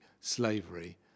slavery